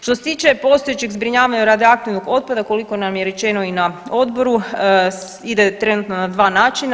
Što se tiče postojećeg zbrinjavanja radioaktivnog otpada koliko nam je rečeno i na odboru ide trenutno na 2 načina.